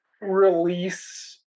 release